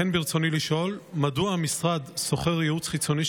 ברצוני לשאול: 1. מדוע המשרד שוכר ייעוץ חיצוני,